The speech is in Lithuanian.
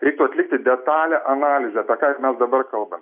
reiktų atlikti detalią analizę apie ką juk mes dabar kalbam